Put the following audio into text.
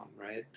right